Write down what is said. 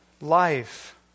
Life